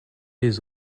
les